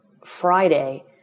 Friday